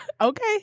Okay